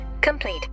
complete